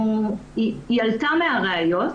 הזה עלתה מהראיות.